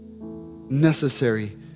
necessary